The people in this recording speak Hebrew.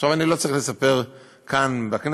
עכשיו, אני לא צריך לספר כאן בכנסת